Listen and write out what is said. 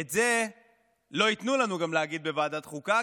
את זה גם לא ייתנו לנו להגיד בוועדת חוקה,